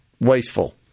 wasteful